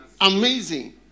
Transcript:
amazing